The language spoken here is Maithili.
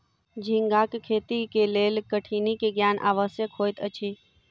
झींगाक खेती के लेल कठिनी के ज्ञान आवश्यक होइत अछि